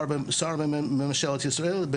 שר בממשלת ישראל,